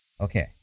Okay